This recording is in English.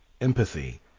empathy